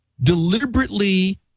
deliberately